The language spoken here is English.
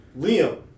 Liam